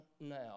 now